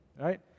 right